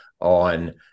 on